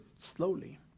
slowly